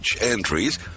entries